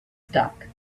stuck